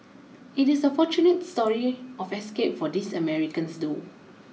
it is a fortunate story of escape for these Americans though